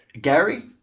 Gary